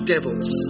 Devils